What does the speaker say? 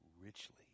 richly